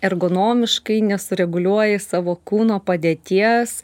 ergonomiškai nesureguliuoji savo kūno padėties